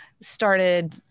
started